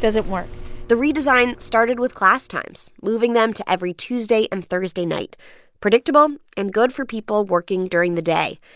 doesn't work the redesign started with class times, moving them to every tuesday and thursday night predictable um and good for people working during the day.